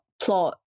plot